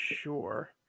sure